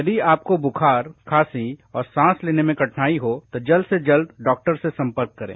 यदि आपको बुखार खांसी और सांस लेने में कठिनाई हो तो जल्द से जल्द डॉक्टर से सम्पर्क करें